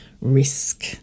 risk